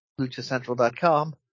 LuchaCentral.com